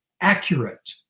accurate